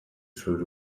through